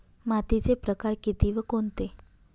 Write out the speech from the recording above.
मातीचे प्रकार किती व कोणते?